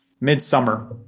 Midsummer